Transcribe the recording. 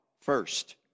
first